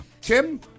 Tim